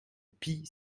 pie